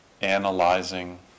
analyzing